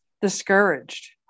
discouraged